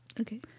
Okay